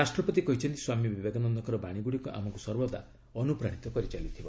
ରାଷ୍ଟ୍ରପତି କହିଛନ୍ତି ସ୍ୱାମୀ ବିବେକାନନ୍ଦଙ୍କର ବାଶୀଗୁଡ଼ିକ ଆମକୁ ସର୍ବଦା ଅନୁପ୍ରାଣିତ କରିଚାଲିଥିବ